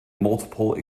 multiple